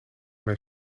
mijn